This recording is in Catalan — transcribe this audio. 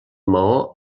maó